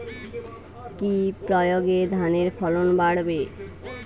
কি প্রয়গে ধানের ফলন বাড়বে?